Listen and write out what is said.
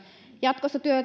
jatkossa